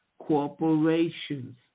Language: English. corporations